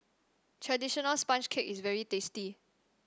traditional sponge cake is very tasty